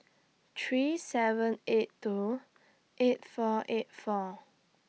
three seven eight two eight four eight four